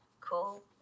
cool